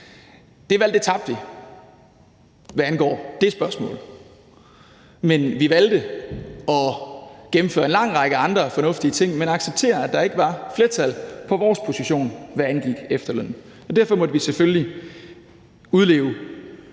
Det valg tabte vi, hvad angår det spørgsmål. Men vi valgte at gennemføre en lang række andre fornuftige ting, men acceptere, at der ikke var flertal for vores position, hvad angik efterlønnen. Derfor måtte vi selvfølgelig udleve